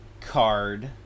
card